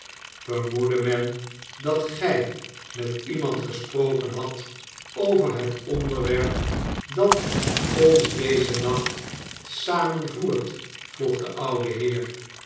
vermoedde men dat gij met iemand gesproken hadt over het onderwerp dat ons dezen nacht te zamen voert vroeg de oude heer